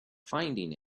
finding